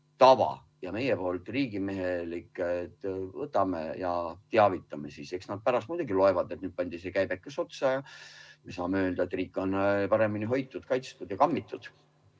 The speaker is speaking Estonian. tava ja meie poolt riigimehelik, et võtame kätte ja teavitame. Eks nad pärast muidugi loevad, et pandi see käibekas otsa ja me saame öelda, et riik on paremini hoitud, kaitstud ja kammitud.